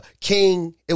King